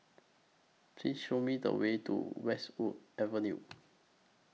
Please Show Me The Way to Westwood Avenue